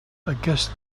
aquest